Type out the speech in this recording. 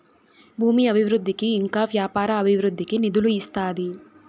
భూమి అభివృద్ధికి ఇంకా వ్యాపార అభివృద్ధికి నిధులు ఇస్తాది